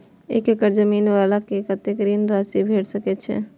एक एकड़ जमीन वाला के कतेक ऋण राशि भेट सकै छै?